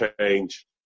change